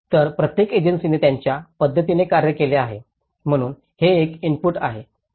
तर प्रत्येक एजन्सीने त्यांच्या पद्धतीने कार्य केले आहे म्हणून हे एक इनपुट आहे